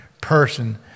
person